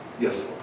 Yes